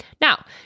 Now